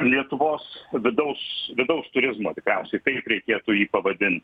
lietuvos vidaus vidaus turizmo tikriausiai taip reikėtų jį pavadint